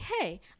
hey